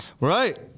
Right